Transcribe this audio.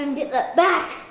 and get that back!